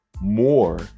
more